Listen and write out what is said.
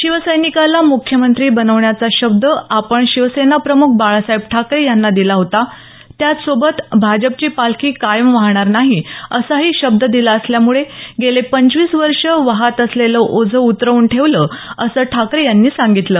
शिवसैनिकाला मुख्यमंत्री बनवण्याचा शब्द आपण शिवसेनाप्रमुख बाळासाहेब ठाकरे यांना दिला होता त्याचसोबत भाजपची पालखी कायम वाहणार नाही असाही शब्द दिला असल्यामुळे गेले पंचवीस वर्ष वाहत असलेलं ओझं उतरवून ठेवलं असं ठाकरे यांनी सांगितलं